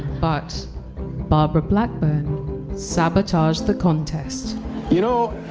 but barbara blackburn sabotaged the contest you know.